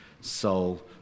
soul